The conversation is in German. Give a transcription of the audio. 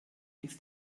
ist